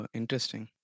interesting